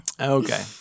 Okay